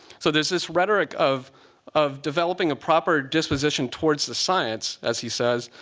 so there's this rhetoric of of developing a proper disposition towards the science, as he says,